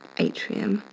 atrium,